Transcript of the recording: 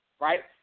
right